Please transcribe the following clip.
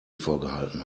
vorgehalten